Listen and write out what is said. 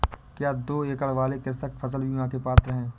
क्या दो एकड़ वाले कृषक फसल बीमा के पात्र हैं?